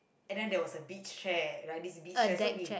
and then there was a beach chair like this beach chair so we